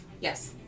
Yes